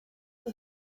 ati